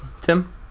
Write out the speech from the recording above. Tim